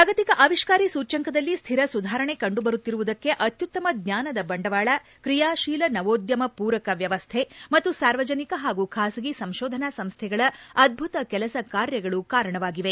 ಜಾಗತಿಕ ಆವಿಷ್ಕಾರಿ ಸೂಚ್ಯಂಕದಲ್ಲಿ ಸ್ತಿರ ಸುಧಾರಣೆ ಕಂಡುಬರುತ್ತಿರುವುದಕ್ಕೆ ಅತ್ಯುತ್ತಮ ಜ್ಞಾನದ ಬಂಡವಾಳ ಕ್ರಿಯಾಶೀಲ ನವೋದ್ಯಮ ಪೂರಕ ವ್ಯವಸ್ಥೆ ಮತ್ತು ಸಾರ್ವಜನಿಕ ಹಾಗೂ ಖಾಸಗಿ ಸಂಶೋಧನಾ ಸಂಸ್ಥೆಗಳ ಅದ್ಬುತ ಕೆಲಸ ಕಾರ್ಯಗಳು ಕಾರಣವಾಗಿವೆ